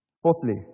Fourthly